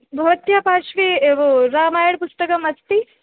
भवत्याः पार्श्वे रामायणपुस्तकम् अस्ति